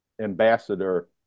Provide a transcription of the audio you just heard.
ambassador